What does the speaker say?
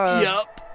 yup.